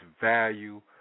value